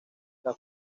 las